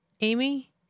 Amy